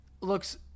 looks